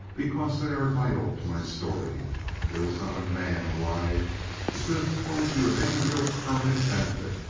because they are vital to my story there was not a man alive who could have told you of any real permanent benefit,